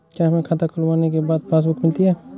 क्या हमें खाता खुलवाने के बाद पासबुक मिलती है?